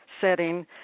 setting